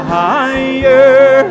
higher